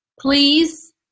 please